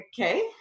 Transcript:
Okay